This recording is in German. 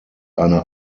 eine